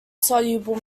soluble